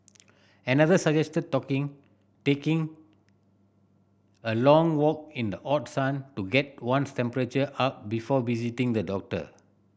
another suggested talking taking a long walk in the hot sun to get one's temperature up before visiting the doctor